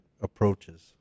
approaches